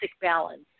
balance